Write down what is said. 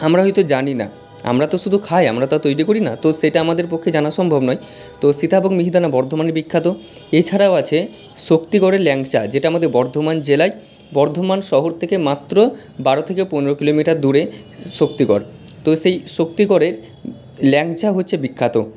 আমরা হয়তো জানি না আমরা তো শুধু খাই আমরা তো আর তৈরি করি না তো সেটা আমাদের পক্ষে জানা সম্ভব নয় তো সীতাভগ মিহিদানা বর্ধমানে বিখ্যাত এছাড়াও আছে শক্তিগড়ের ল্যাংচা যেটা আমাদের বর্ধমান জেলায় বর্ধমান শহর থেকে মাত্র বারো থেকে পনেরো কিলোমিটার দূরে শক্তিগড় তো সেই শক্তিগড়ের ল্যাংচা হচ্ছে বিখ্যাত